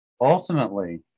Ultimately